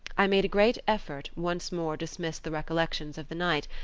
i made a great effort, once more dismissed the recollections of the night,